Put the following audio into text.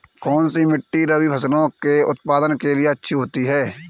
कौनसी मिट्टी रबी फसलों के उत्पादन के लिए अच्छी होती है?